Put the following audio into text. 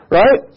right